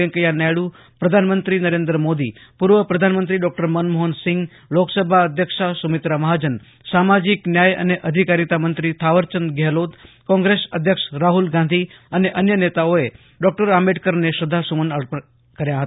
વેંકેયા નાયડુ પ્રધાનમંત્રી નરેન્દ્ર મોદી પૂર્વ પ્રધાનમંત્રી મનમોહનસિંહ લોકસભા અધ્યક્ષા સુમિત્રા મહાજન સામાજિક ન્યાય અને અધિકારિતા મંત્રી થાવરચંદ ગેહલોત કોંગ્રેસ અધ્યક્ષ રાહુલ ગાંધી અને અન્ય નેતાઓએ ડોક્ટર આંબેડકરને શ્રદ્ધાસૂમન અર્પણ કર્યા હતા